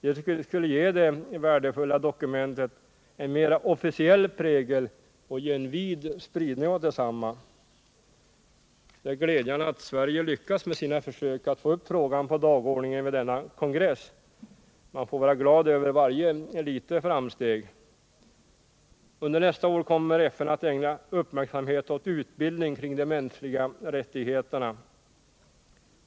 Det skulle ge det värdefulla dokumentet en mera officiell prägel och ge vid spridning åt detsamma. Det är glädjande att Sverige lyckats med sina försök att få upp frågan på dagordningen vid denna kongress. Man får vara glad över varje litet framsteg. Under nästa år kommer FN att ägna uppmärksamhet åt utbildning kring de mänskliga rättigheterna.